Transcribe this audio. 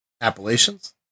Appalachians